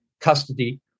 custody